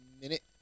minute